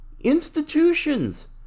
institutions